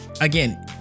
again